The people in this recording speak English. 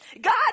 God